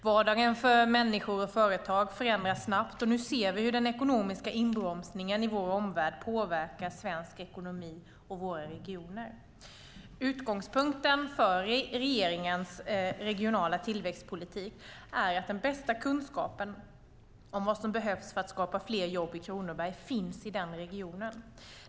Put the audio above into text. Vardagen för människor och företag förändras snabbt och nu ser vi hur den ekonomiska inbromsningen i vår omvärld påverkar svensk ekonomi och våra regioner. Utgångspunkten för regeringens regionala tillväxtpolitik är att den bästa kunskapen om vad som behövs för att skapa fler jobb i Kronoberg finns i den regionen.